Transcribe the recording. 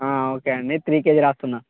okay అండి three kg రాస్తున్న